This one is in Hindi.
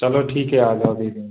चलो ठीक है आ जाओ दे देंगे